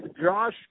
Josh